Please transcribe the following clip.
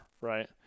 right